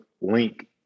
link